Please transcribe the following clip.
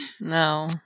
No